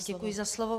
Děkuji za slovo.